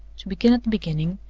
to begin at the beginning.